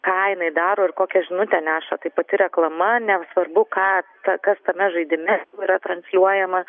ką jinai daro ir kokią žinutę neša tai pati reklama nesvarbu ką ta kas tame žaidime yra transliuojama